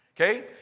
okay